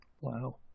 Wow